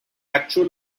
actual